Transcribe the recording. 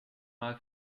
mal